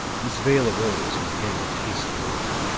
miss vale arose and began to pace the room.